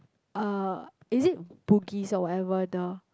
uh is it Bugis or whatever the